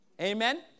Amen